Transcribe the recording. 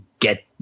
get